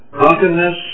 drunkenness